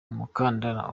umukandara